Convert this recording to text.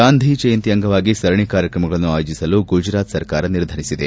ಗಾಂಧಿ ಜಯಂತಿ ಅಂಗವಾಗಿ ಸರಣಿ ಕಾರ್ಯಕ್ತಮಗಳನ್ನು ಆಯೋಜಿಸಲು ಗುಜರಾತ್ ಸರ್ಕಾರ ನಿರ್ಧರಿಸಿದೆ